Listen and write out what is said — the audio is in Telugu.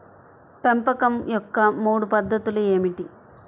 పెంపకం యొక్క మూడు పద్ధతులు ఏమిటీ?